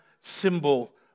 symbol